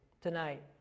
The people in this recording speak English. tonight